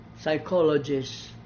psychologists